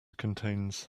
contains